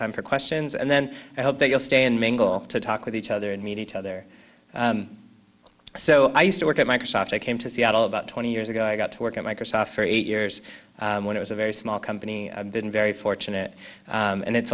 time for questions and then i hope that you'll stay in mingle to talk with each other and meet each other so i used to work at microsoft i came to seattle about twenty years ago i got to work at microsoft for eight years when it was a very small company been very fortunate and it's